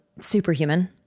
Superhuman